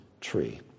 tree